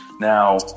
Now